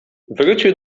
wrócił